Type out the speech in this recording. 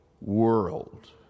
world